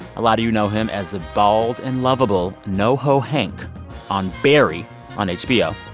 a lot of you know him as the bald and lovable noho hank on barry on hbo